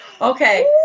Okay